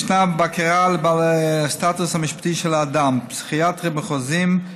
ישנה בקרה על הסטטוס המשפטי של האדם: פסיכיאטרים מחוזיים,